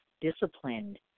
disciplined